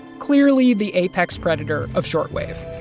clearly the apex predator of short wave.